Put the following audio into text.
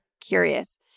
curious